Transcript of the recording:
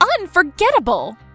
unforgettable